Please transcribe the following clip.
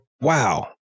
Wow